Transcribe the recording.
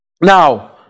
Now